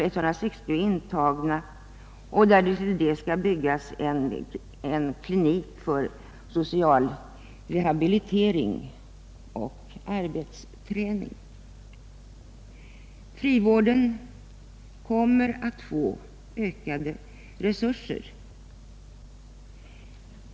Jag kan också upplysa att det jämte denna tillbyggnad skall byggas en klinik för social rehabilitering och arbetsträning. Frivården kommer att få ökade resurser.